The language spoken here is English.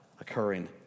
occurring